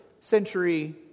century